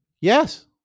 Yes